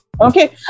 Okay